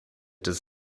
does